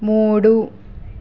మూడు